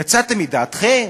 יצאתם מדעתכם?